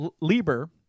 Lieber